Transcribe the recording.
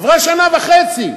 עברה שנה וחצי,